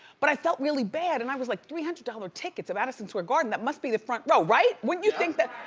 but, i felt really bad and i was like three hundred dollars tickets for madison square garden that must be the front row, right? wouldn't you think that?